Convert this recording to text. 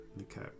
Okay